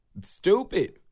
stupid